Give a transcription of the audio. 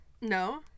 no